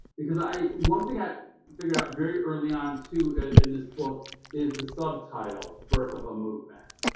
because i one thing i figured out very early on too in this book is the subtitle, birth of a movement.